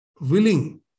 willing